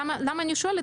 למה אני שואלת,